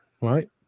right